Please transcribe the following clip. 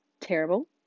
terrible